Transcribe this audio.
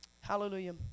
Hallelujah